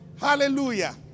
Hallelujah